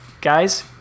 Guys